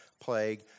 plague